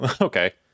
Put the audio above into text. okay